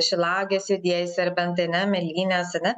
šilauogės juodieji serbentai mėlynės ar ne